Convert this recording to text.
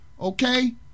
okay